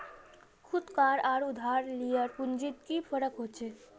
खुद कार आर उधार लियार पुंजित की फरक होचे?